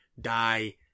die